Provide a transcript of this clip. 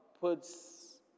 puts